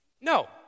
No